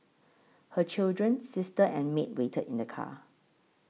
her children sister and maid waited in the car